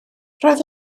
roedd